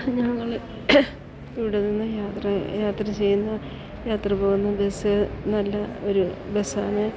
ഞങ്ങൾ ഇവിടെ നിന്ന് യാത്ര യാത്ര ചെയ്യുന്ന യാത്ര പോകുന്ന ബസ്സ് നല്ല ഒരു ബസ്സാണ്